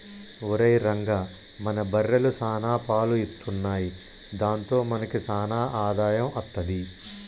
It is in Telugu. ఒరేయ్ రంగా మన బర్రెలు సాన పాలు ఇత్తున్నయ్ దాంతో మనకి సాన ఆదాయం అత్తది